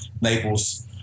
Naples